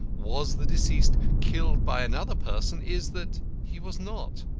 was the deceased killed by another person? is, that he was not.